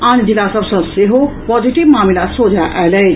आन जिला सभ सँ सेहो पॉजिटिव मामिला सोझा आयल अछि